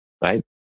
right